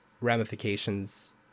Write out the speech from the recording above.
ramifications